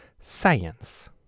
Science